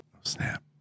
snap